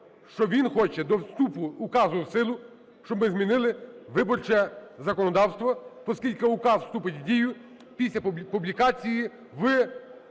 що він хоче до вступу указу в силу, щоб ми змінили виборче законодавство, оскільки указ вступить в дію після публікації в